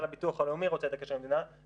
הביטוח הלאומי רוצה את הקשר עם המדינה,